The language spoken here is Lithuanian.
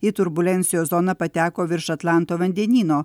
į turbulencijos zoną pateko virš atlanto vandenyno